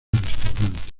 restaurante